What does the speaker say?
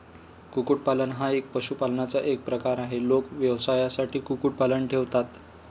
कुक्कुटपालन हा पशुपालनाचा एक प्रकार आहे, लोक व्यवसायासाठी कुक्कुटपालन ठेवतात